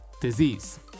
disease